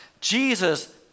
Jesus